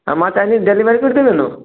মাছ আসলে ডেলিভারি করে দেবে তো